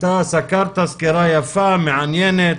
אתה סקרת סקירה יפה, מעניינת.